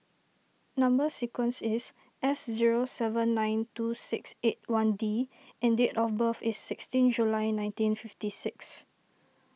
Number Sequence is S zero seven nine two six eight one D and date of birth is sixteen July nineteen fifty six